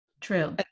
True